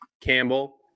Campbell